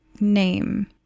name